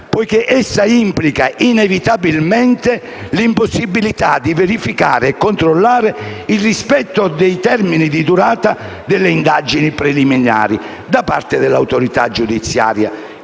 perché essa implica, inevitabilmente, l'impossibilità di verificare e controllare il rispetto dei termini di durata delle indagini preliminari da parte dell'autorità giudiziaria